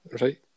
Right